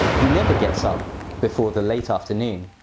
he never gets up before the late afternoon.